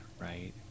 right